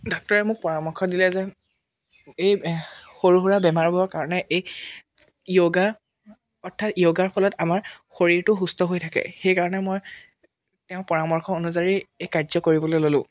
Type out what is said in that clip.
ডাক্তৰে মোক পৰামৰ্শ দিলে যে এই সৰু সুৰা বেমাৰবোৰৰ কাৰণে এই য়গা অৰ্থাৎ য়গাৰ ফলত আমাৰ শৰীৰটো সুস্থ হৈ থাকে সেইকাৰণে মই তেওঁ পৰামৰ্শ অনুযায়ী এই কাৰ্য কৰিবলৈ ল'লোঁ